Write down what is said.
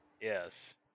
Yes